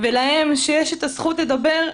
ולהם שיש הזכות לדבר,